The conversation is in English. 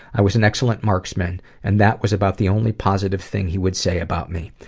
i was an excellent marksman, and that was about the only positive thing he would say about me.